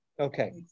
Okay